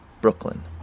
Brooklyn